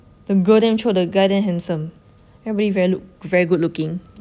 the girl damn chio the guy damn handsome everybody very lo~ very good looking